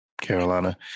Carolina